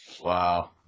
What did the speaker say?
Wow